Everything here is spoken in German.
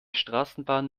straßenbahn